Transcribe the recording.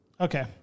Okay